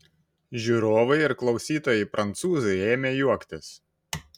žiūrovai ir klausytojai prancūzai ėmė juoktis